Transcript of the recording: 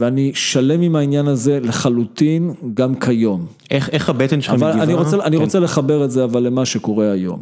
ואני שלם עם העניין הזה לחלוטין, גם כיום. איך הבטן שלך מגיבה? אני רוצה לחבר את זה, אבל למה שקורה היום.